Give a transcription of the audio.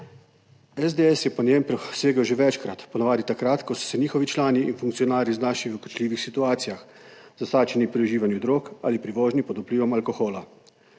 SDS je po njem posegel že večkrat, po navadi takrat, ko so se njihovi člani in funkcionarji znašli v kočljivih situacijah, zasačeni pri uživanju drog ali pri vožnji pod vplivom alkohola.